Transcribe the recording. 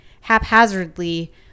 haphazardly